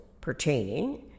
pertaining